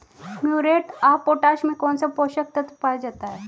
Muriate of potash में कौन सा पोषक तत्व पाया जाता है?